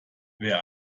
wer